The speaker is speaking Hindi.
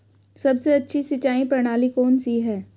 सबसे अच्छी सिंचाई प्रणाली कौन सी है?